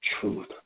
truth